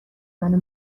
منو